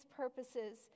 purposes